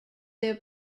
their